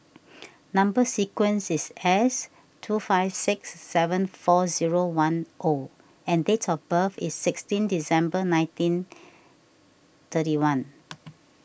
Number Sequence is S two five six seven four zero one O and date of birth is sixteen December nineteen thirty one